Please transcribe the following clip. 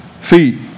feet